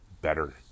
better